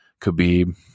Khabib